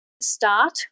start